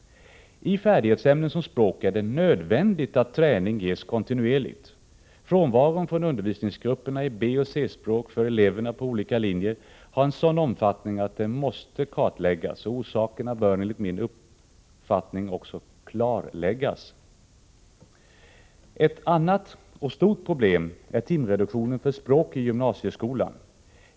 I färdighetsämnen som språk är det nödvändigt att träning ges kontinuerligt. Frånvaron från undervisningsgrupperna i B och C-språk för eleverna på olika linjer har en sådan omfattning att den måste kartläggas. Orsakerna bör enligt min mening också klarläggas. Ett annat och stort problem är timreduktioner för språk i gymnasieskolan.